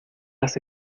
las